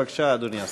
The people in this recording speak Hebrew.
בבקשה, אדוני השר.